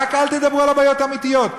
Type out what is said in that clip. רק אל תדברו על הבעיות האמיתיות.